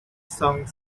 song